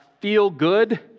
feel-good